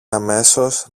αμέσως